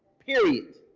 period.